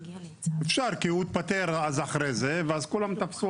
אפשר כי הוא התפטר אחרי זה ואז כולם תפסו